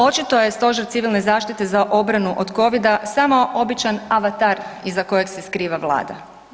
Očito je Stožer civilne zaštite za obranu od Covida samo običan avatar iza kojeg se skriva Vlada.